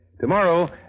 Tomorrow